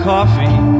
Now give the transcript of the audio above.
Coffee